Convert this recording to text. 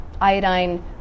iodine